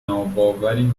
ناباوری